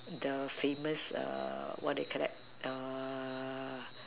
the famous err what do you called that err